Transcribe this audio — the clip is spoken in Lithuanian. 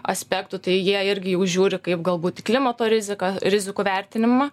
aspektų tai jie irgi jau žiūri kaip galbūt į klimato rizika rizikų vertinimą